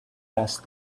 asked